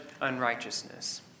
unrighteousness